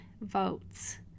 votes